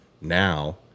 now